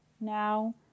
now